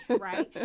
Right